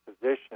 position